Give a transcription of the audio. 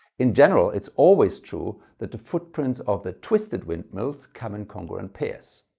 in general it's always true that the footprints of the twisted windmills come in congruent pairs.